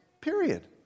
period